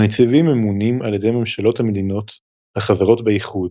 הנציבים ממונים על ידי ממשלות המדינות החברות באיחוד,